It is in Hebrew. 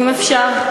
אם אפשר,